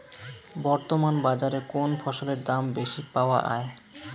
বর্তমান বাজারে কোন ফসলের দাম বেশি পাওয়া য়ায়?